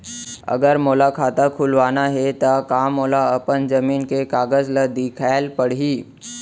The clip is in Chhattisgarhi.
अगर मोला खाता खुलवाना हे त का मोला अपन जमीन के कागज ला दिखएल पढही?